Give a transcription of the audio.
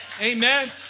Amen